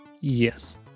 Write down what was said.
Yes